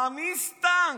ויעמיס טנק.